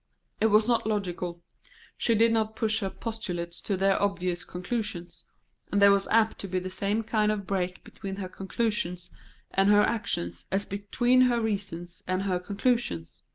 it was not logical she did not push her postulates to their obvious conclusions and there was apt to be the same kind of break between her conclusions and her actions as between her reasons and her conclusions.